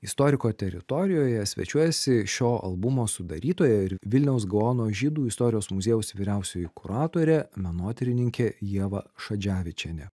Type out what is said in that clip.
istoriko teritorijoje svečiuojasi šio albumo sudarytoja ir vilniaus gaono žydų istorijos muziejaus vyriausioji kuratorė menotyrininkė ieva šadževičienė